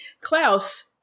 Klaus